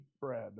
bread